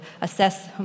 assess